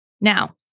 Now